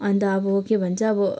अन्त अब के भन्छ अब